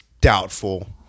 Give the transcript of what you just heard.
doubtful